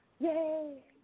Yay